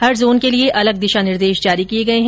हर zone के लिए अलग दिशा निर्देश जारी किए गए है